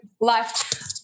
life